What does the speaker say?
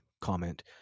comment